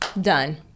Done